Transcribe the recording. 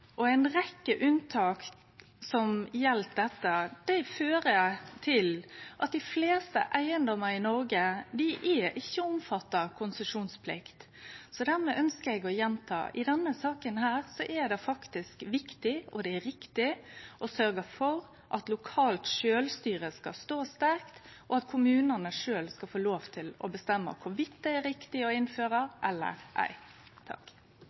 og ei rekkje unntak som gjeld dette, fører til at dei fleste eigedomar i Norge ikkje er omfatta av konsesjonsplikt. Dermed ønskjer eg å gjenta: I denne saka er det viktig og riktig å sørgje for at lokalt sjølvstyre står sterkt, og at kommunane sjølve skal få lov til å bestemme om det er riktig å innføre buplikt eller ei.